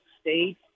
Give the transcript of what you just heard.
State